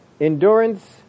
endurance